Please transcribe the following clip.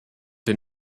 den